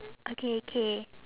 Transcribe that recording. okay K